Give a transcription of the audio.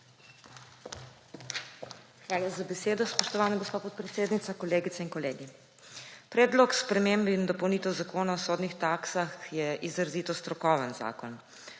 Hvala za besedo, spoštovana gospa podpredsednica. Kolegice in kolegi! Predlog sprememb in dopolnitev Zakona o sodnih taksah je izrazito strokoven zakon.